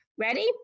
Ready